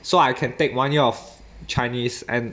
so I can take one year of chinese and